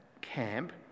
camp